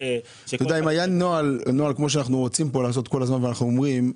אם היה נוהל כמו שאנחנו רוצים פה לעשות כל הזמן ואנחנו אומרים,